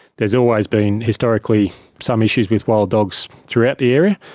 there's always been historically some issues with wild dogs throughout the area,